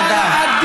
תודה.